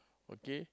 okay